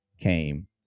came